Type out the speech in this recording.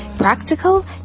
Practical